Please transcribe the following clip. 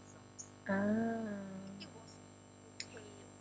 ah